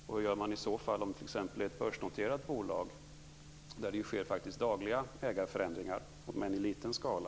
Vad gör man i så fall med ett börsnoterat bolag där det faktiskt sker dagliga ägarförändringar, om än i liten skala?